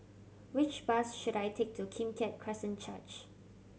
which bus should I take to Kim Keat Christian Church